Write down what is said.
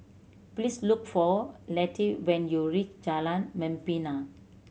please look for Letty when you reach Jalan Membina